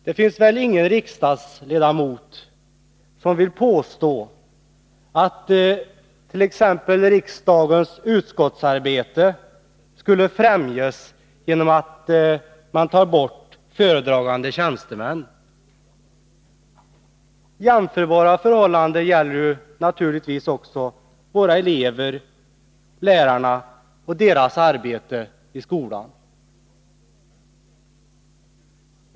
Det finns väl ingen riksdagsledamot som vill hävda att t.ex. riksdagens utskottsarbete skulle främjas genom att man tog bort föredragande tjänstemän. Jämförbara förhållanden gäller naturligtvis för våra elever och lärare och deras arbete i skolan.